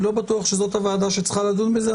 אני לא בטוח שזאת הוועדה שצריכה לדון בזה.